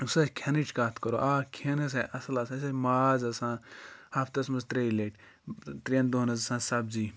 یُس حظ کھٮ۪نٕچ کَتھ کَرو آ کھٮ۪ن حظ اَصٕل آسان أسۍ ماز آسان ہَفتَس منٛز ترٛیٚیہِ لَٹہِ ترٛٮ۪ن دۄہَن حظ ٲس آسان سَبزی